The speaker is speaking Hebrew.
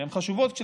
שהן חשובות כשלעצמן,